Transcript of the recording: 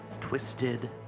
Twisted